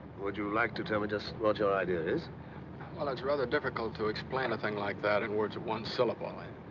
would you like to tell me just what your idea is? it's rather difficult to explain a thing like that in words of one syllable. and